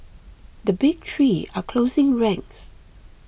the big three are closing ranks